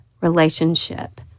relationship